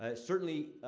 ah certainly,